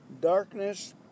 darkness